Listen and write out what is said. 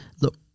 look